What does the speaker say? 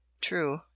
True